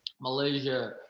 Malaysia